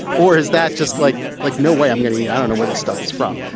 or is that just like like no way i'm going to eat? i don't know where this stuff is from.